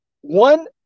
one